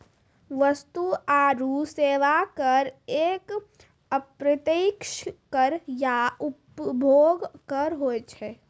वस्तु आरो सेवा कर एक अप्रत्यक्ष कर या उपभोग कर हुवै छै